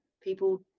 people